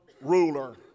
ruler